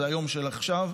זה היום של עכשיו.